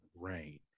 rain